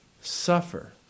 suffer